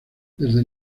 desde